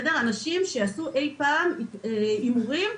אנשים שעשו אי פעם הימורים.